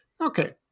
okay